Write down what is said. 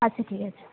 আচ্ছা ঠিক আছে